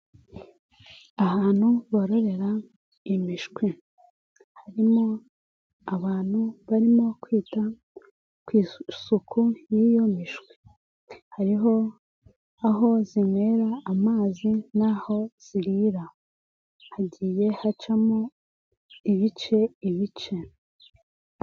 Ahantu bororera imishwi, harimo abantu barimo kwita kusuku y'iyo mishwi. Hariho aho zinywera amazi n'aho zirira, hagiye hacamo ibice ibice.